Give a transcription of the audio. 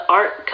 art